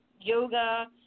yoga